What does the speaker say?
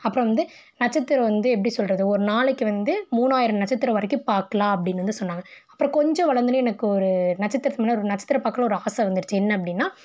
அப்புறம் வந்து நட்சத்திரம் வந்து எப்படி சொல்கிறது ஒரு நாளைக்கு வந்து மூணாயிரம் நட்சத்திரம் வரைக்கும் பார்க்கலாம் அப்படின்னு வந்து சொன்னாங்க அப்புறம் கொஞ்சம் வளந்தோடனே எனக்கு ஒரு நட்சத்திரத்து மேலே ஒரு நட்சத்திரம் பாக்குள்ளே ஒரு ஆசை வந்துடுச்சு என்ன அப்படின்னா